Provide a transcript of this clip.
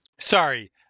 Sorry